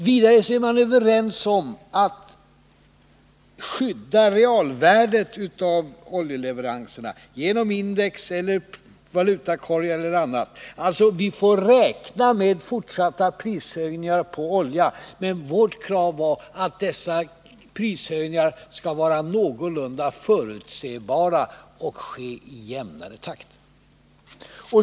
Vidare är man överens om att skydda realvärdet för oljeleveranserna genom index eller valutakorgar eller på annat sätt. Vi får alltså räkna med fortsatta prishöjningar på olja, men vårt krav var att dessa prishöjningar skall vara någorlunda förutsebara och ske i jämnare takt.